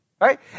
Right